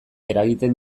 eragiten